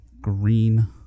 green